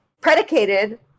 predicated